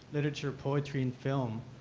literature, poetry, and film?